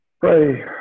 Pray